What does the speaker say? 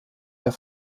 der